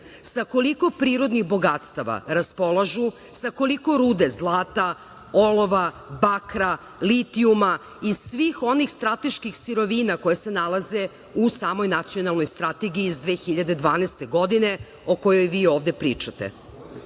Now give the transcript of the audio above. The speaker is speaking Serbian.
sa koliko prirodnih bogatstava raspolažu, sa koliko rude zlata, olova, bakra, litijuma i svih onih strateških sirovina koje se nalaze u samoj Nacionalnog strategiji iz 2012. godine, o kojoj vi ovde pričate. Takođe,